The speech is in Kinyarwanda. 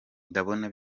ndabona